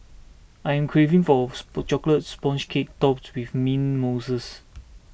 I am craving for a Chocolate Sponge Cake Topped with Mint Mousses